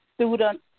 student